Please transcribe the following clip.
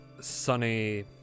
Sunny